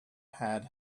had